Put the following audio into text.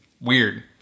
weird